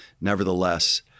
nevertheless